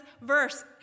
verse